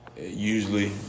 usually